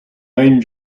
nine